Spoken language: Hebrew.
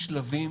יש שלבים